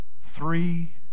three